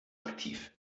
aktiv